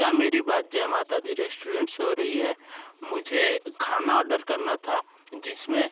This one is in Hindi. क्या मेरी बात जय माता दी रेस्टुरेंट से हो रही है मुझे खाना ऑर्डर करना था जिसमें